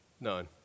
None